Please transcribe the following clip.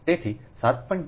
8 થશે